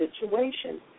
situation